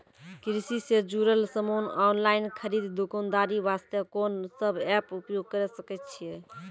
कृषि से जुड़ल समान ऑनलाइन खरीद दुकानदारी वास्ते कोंन सब एप्प उपयोग करें सकय छियै?